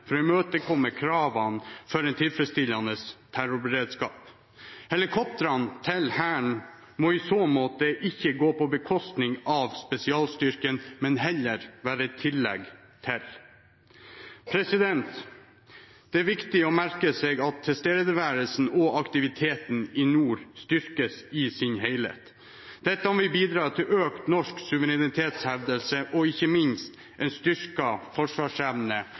for å imøtekomme kravene om en tilfredsstillende terrorberedskap. Helikoptrene til Hæren må i så måte ikke gå på bekostning av spesialstyrken, men heller være et tillegg. Det er viktig å merke seg at tilstedeværelsen og aktiviteten i nord styrkes i sin helhet. Dette vil bidra til økt norsk suverenitetshevdelse og ikke minst en styrket forsvarsevne